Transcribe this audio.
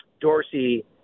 Dorsey